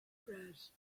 prayers